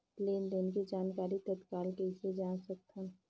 लेन देन के जानकारी तत्काल कइसे जान सकथव?